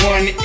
One